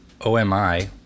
OMI